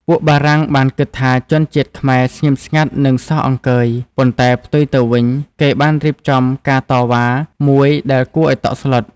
ពួកបារាំង បានគិតថាជនជាតិខ្មែរស្ងៀមស្ងាត់និងសោះអង្គើយ ប៉ុន្តែផ្ទុយទៅវិញ គេបានរៀបចំការតវ៉ា មួយដែលគួរអោយតក់ស្លុត។